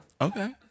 Okay